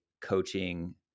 coaching